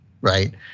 right